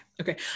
okay